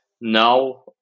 now